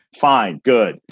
fine. good.